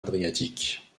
adriatique